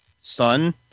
son